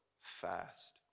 Fast